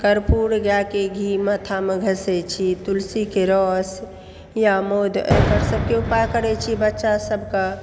कर्पुर गायके घी माथामे घसै छी तुलसीके रस या मध एकर सबके उपाय करै छी बच्चा सबके